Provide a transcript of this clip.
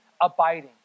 abiding